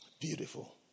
Beautiful